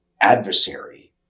adversary